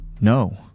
No